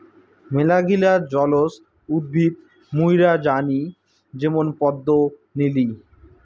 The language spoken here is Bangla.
মেলাগিলা জলজ উদ্ভিদ মুইরা জানি যেমন পদ্ম, নিলি